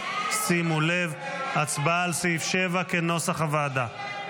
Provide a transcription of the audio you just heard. שימו לב, הצבעה על סעיף 7 כנוסח הוועדה.